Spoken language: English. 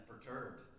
perturbed